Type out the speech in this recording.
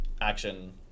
action